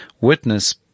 witness